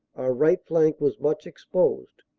our right flank was much exposed,